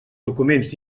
documents